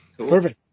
Perfect